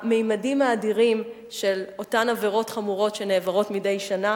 הממדים האדירים של אותן עבירות חמורות שנעברות מדי שנה,